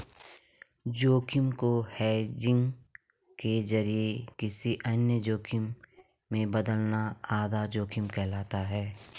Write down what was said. जोखिम को हेजिंग के जरिए किसी अन्य जोखिम में बदलना आधा जोखिम कहलाता है